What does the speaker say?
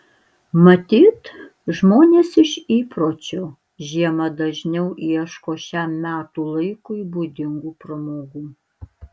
matyt žmonės iš įpročio žiemą dažniau ieško šiam metų laikui būdingų pramogų